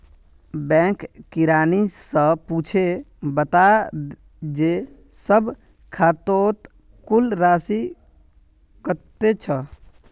bank किरानी स पूछे बता जे सब खातौत कुल राशि कत्ते छ